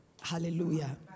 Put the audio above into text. Hallelujah